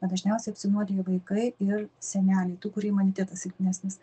bet dažniausiai apsinuodija vaikai ir seneliai tų kurių imunitetas silpnesnis